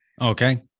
Okay